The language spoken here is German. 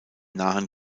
nahen